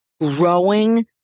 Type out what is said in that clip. growing